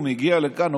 הוא מגיע לכאן,